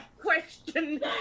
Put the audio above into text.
question